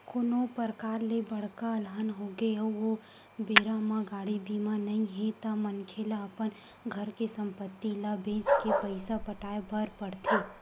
कोनो परकार ले बड़का अलहन होगे अउ ओ बेरा म गाड़ी बीमा नइ हे ता मनखे ल अपन घर के संपत्ति ल बेंच के पइसा पटाय बर पड़थे